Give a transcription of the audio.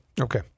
Okay